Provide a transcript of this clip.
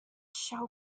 shall